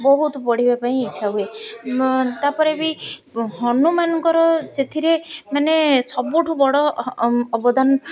ବହୁତ ବଢ଼ିବା ପାଇଁ ଇଚ୍ଛା ହୁଏ ତା'ପରେ ବି ହନୁମାନଙ୍କର ସେଥିରେ ମାନେ ସବୁଠୁ ବଡ଼ ଅବଦାନ